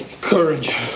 Courage